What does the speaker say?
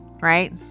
right